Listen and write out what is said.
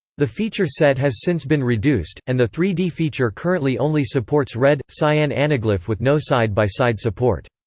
the feature set has since been reduced, and the three d feature currently only supports red cyan anaglyph with no side-by-side support.